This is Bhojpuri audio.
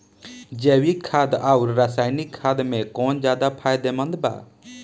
जैविक खाद आउर रसायनिक खाद मे कौन ज्यादा फायदेमंद बा?